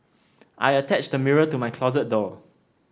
I attached a mirror to my closet door